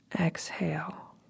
Exhale